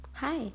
Hi